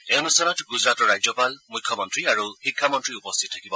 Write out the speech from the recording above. এই অনুষ্ঠানত গুজৰাটৰ ৰাজ্যপাল মুখ্যমন্ত্ৰী আৰু শিক্ষামন্ত্ৰী উপস্থিত থাকিব